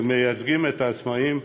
שמייצגים את העצמאים,